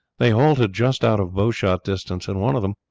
they halted just out of bowshot distance, and one of them,